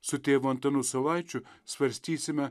su tėvu antanu saulaičiu svarstysime